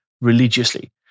religiously